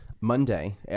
Monday